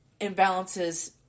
imbalances